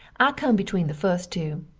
i come between the fust too.